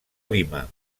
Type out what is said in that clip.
lima